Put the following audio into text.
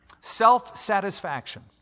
Self-satisfaction